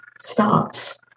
stops